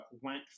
went